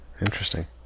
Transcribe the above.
Interesting